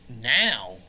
Now